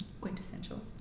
quintessential